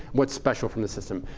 what's special from the system?